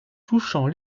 touchant